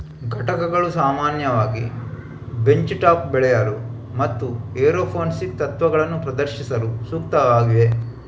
ಘಟಕಗಳು ಸಾಮಾನ್ಯವಾಗಿ bench top ಬೆಳೆಯಲು ಮತ್ತು ಏರೋಪೋನಿಕ್ಸ್ ತತ್ವಗಳನ್ನು ಪ್ರದರ್ಶಿಸಲು ಸೂಕ್ತವಾಗಿವೆ